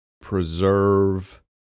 preserve